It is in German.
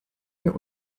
wir